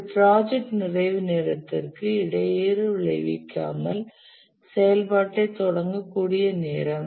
இது ப்ராஜெக்ட் நிறைவு நேரத்திற்கு இடையூறு விளைவிக்காமல் செயல்பாட்டைத் தொடங்கக்கூடிய நேரம்